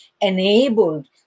enabled